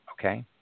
okay